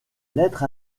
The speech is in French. lettre